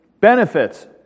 benefits